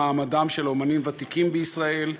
במעמדם של אמנים ותיקים בישראל,